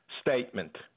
statement